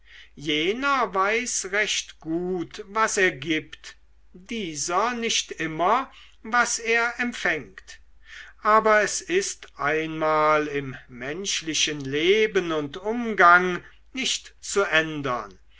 jener weiß recht gut was er gibt dieser nicht immer was er empfängt aber es ist einmal im menschlichen leben und umgang nicht zu ändern